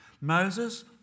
Moses